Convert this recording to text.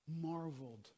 marveled